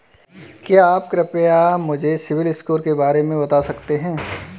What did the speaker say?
क्या आप कृपया मुझे सिबिल स्कोर के बारे में बता सकते हैं?